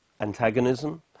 antagonism